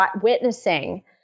witnessing